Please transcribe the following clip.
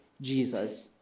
Jesus